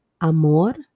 Amor